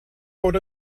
bod